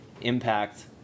impact